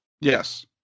Yes